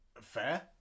fair